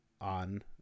on